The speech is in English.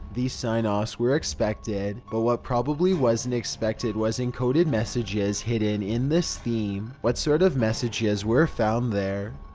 these sign-offs were expected, but what probably wasn't expected was encoded messages hidden in this theme. what sort of messages were found there?